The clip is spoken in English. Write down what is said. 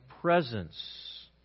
presence